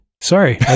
sorry